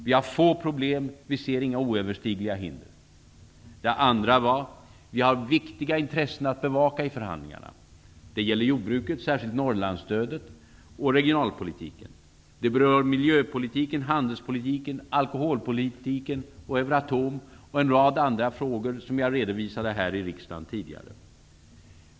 Vi har få problem, och vi ser inga oöverstigliga hinder. Det andra budskapet var att vi har viktiga intressen att bevaka i förhandlingarna. Det gäller jordbruket - särskilt Norrlandsstödet - och regionalpolitiken. Det berör miljöpolitiken, handelspolitiken, alkoholpolitiken, Euroatom och en rad andra frågor som jag har redovisat i riksdagen tidigare.